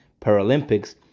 Paralympics